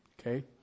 Okay